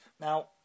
Now